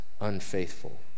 unfaithful